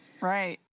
Right